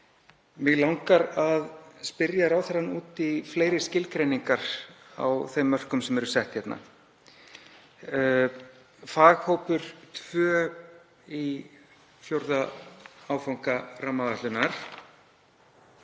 Mig langar að spyrja ráðherrann út í fleiri skilgreiningar á þeim mörkum sem eru sett hérna. Faghópur tvö í 4. áfanga rammaáætlunar